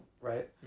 right